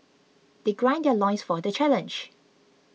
they grind their loins for the challenge